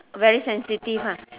very sensitive ah